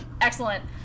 Excellent